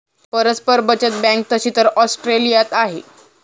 परस्पर बचत बँक तशी तर ऑस्ट्रेलियात आहे